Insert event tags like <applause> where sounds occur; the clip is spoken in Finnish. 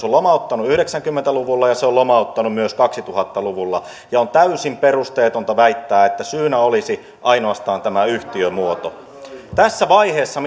<unintelligible> on lomauttanut yhdeksänkymmentä luvulla ja se on lomauttanut myös kaksituhatta luvulla ja on täysin perusteetonta väittää että syynä olisi ainoastaan tämä yhtiömuoto tässä vaiheessa <unintelligible>